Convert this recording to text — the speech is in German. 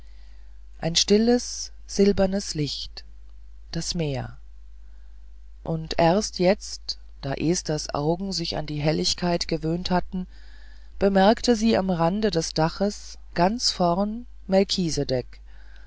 ein stilles silbernes licht das meer und erst jetzt da esthers augen sich an die herrlichkeit gewöhnt hatten bemerkte sie am rande des daches ganz vorn melchisedech